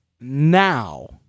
now